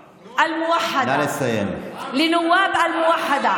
בערבית: חברי הכנסת של הרשימה המאוחדת,